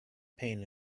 pain